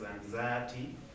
anxiety